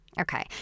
Okay